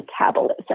metabolism